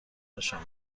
نشان